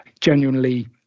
genuinely